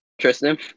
Tristan